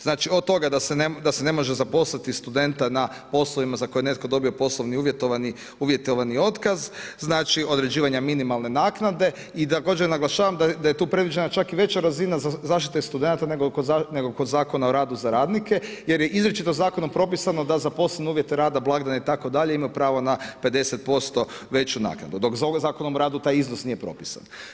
Znači, od toga, da se ne može zaposliti studenta, na poslovima za koje je netko dobio poslovni uvjetovani otkaz, znači određivanja minimalne naknade i također, naglašavam da je tu predviđena čak i veća razina za zaštite studenata nego kod Zakona o radu za radnike, jer je izričito zakonom propisano da zaposlene uvjete rada blagdane itd. imaju pravo na 50% veću naknadu, dok za ovo Zakonom o radu, taj iznos nije propisan.